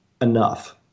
enough